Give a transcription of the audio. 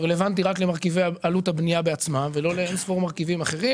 רלוונטי רק למרכיבי עלות הבנייה בעצמה ולא לאין-ספור מרכיבים אחרים.